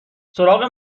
سراغ